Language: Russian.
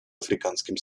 африканским